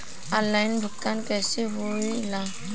Online भुगतान कैसे होए ला?